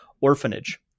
Orphanage